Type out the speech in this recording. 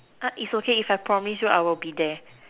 it's okay if I promise you I will be there